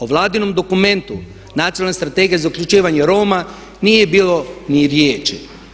O vladinom dokumentu Nacionalne strategije za uključivanje Roma nije bilo ni riječi.